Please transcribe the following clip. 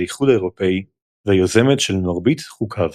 האיחוד האירופי והיוזמת של מרבית חוקיו.